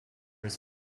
his